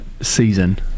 season